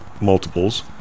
multiples